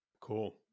Cool